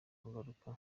kugaruka